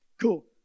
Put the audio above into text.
cool